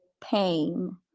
pain